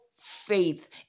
faith